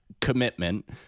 commitment